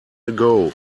ago